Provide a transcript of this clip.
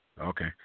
Okay